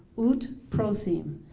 ut prosim,